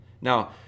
now